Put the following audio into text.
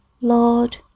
Lord